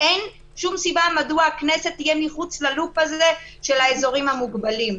אין שום סיבה שהכנסת תהיה מחוץ ללופ הזה של האזורים המוגבלים.